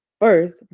first